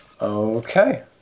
Okay